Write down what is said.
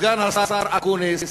סגן השר אקוניס,